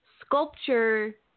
sculpture